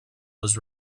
was